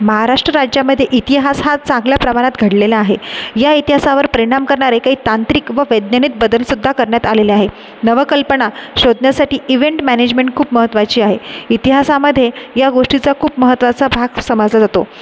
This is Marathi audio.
महाराष्ट्र राज्यामध्ये इतिहास हा चांगल्या प्रमाणात घडलेला आहे या इतिहासावर परिणाम करणारे काही तांत्रिक व वैज्ञानिक बदलसुद्धा करण्यात आलेले आहे नवकल्पना शोधण्यासाठी इव्हेंट मॅनेजमेंट खूप महत्वाची आहे इतिहासामध्ये या गोष्टीचा खूप महत्वाचा भाग समजला जातो